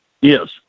Yes